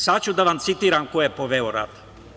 Sada ću da vam citiram ko je poveo rat.